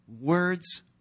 words